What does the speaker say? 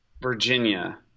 Virginia